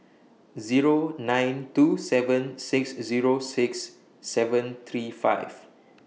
Zero nine two seven six Zero six seven three five